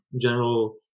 general